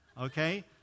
okay